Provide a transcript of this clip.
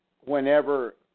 whenever